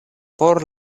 por